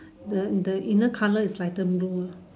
the the inner colour is lighter blue